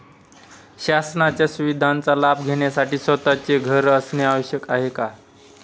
शासनाच्या सुविधांचा लाभ घेण्यासाठी स्वतःचे घर असणे आवश्यक आहे का?